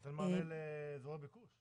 זה נותן מענה לאזורי ביקוש.